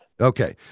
Okay